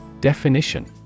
Definition